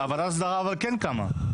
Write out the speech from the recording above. ועדת האסדרה כן קמה?